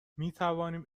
میتوانیم